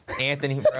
Anthony